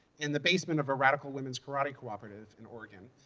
in the basement of a radical women's karate cooperative in oregon.